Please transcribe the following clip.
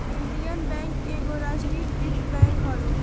Indian bank एगो राष्ट्रीयकृत bank हवे